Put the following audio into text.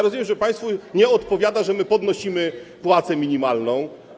Rozumiem, że państwu nie odpowiada to, że podnosimy płacę minimalną.